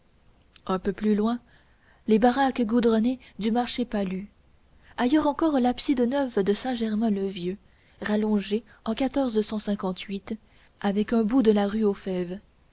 un peu plus loin les baraques goudronnées du marché palus ailleurs encore l'abside neuve de saint germain le vieux rallongée en avec un bout de la rue aux febves